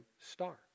star